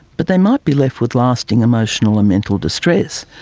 but they might be left with lasting emotional and mental distress.